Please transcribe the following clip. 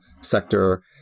sector